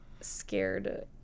scared